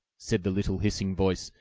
said the little hissing voice,